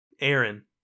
Aaron